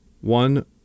One